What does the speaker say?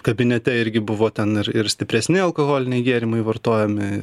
kabinete irgi buvo ten ir ir stipresni alkoholiniai gėrimai vartojami